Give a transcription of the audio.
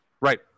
right